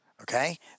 Okay